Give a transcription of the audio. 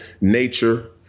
nature